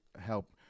help